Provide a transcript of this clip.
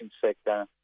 sector